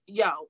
yo